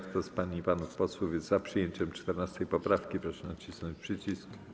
Kto z pań i panów posłów jest za przyjęciem 14. poprawki, proszę nacisnąć przycisk.